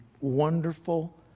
wonderful